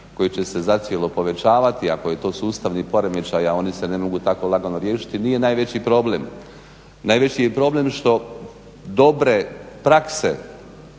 koje će se zacijelo povećavati ako je to sustavni poremećaj, a oni se ne mogu tako lagano riješiti nije najveći problem. Najveći je problem što dobre prakse